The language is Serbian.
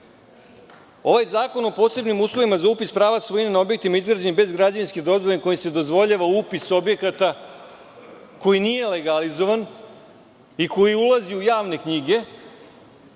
ovaj zakon o posebnim uslovima za upis prava svojine na objektima izgrađenim bez građevinske dozvole kojim se dozvoljava upis objekata koji nije legalizovan i koji ulazi u javne knjige